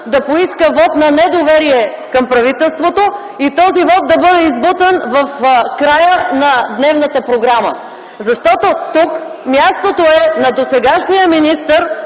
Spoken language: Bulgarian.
да поиска вот на недоверие към правителството и този вот да бъде избутан в края на дневната програма. Тук е мястото на досегашния министър